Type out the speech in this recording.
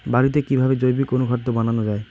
বাড়িতে কিভাবে জৈবিক অনুখাদ্য বানানো যায়?